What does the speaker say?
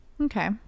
Okay